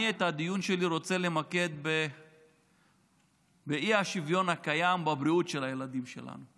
את הדיון שלי אני רוצה למקד באי-שוויון הקיים בבריאות של הילדים שלנו.